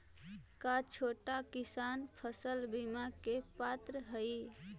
का छोटा किसान फसल बीमा के पात्र हई?